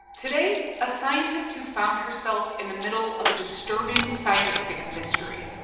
today a scientist who found herself in the middle of a disturbing scientific mystery.